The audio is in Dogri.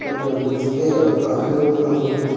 ट्रांसपोर्ट च केह् करना कक्ख निं ऐ ट्रांसपोर्ट बिच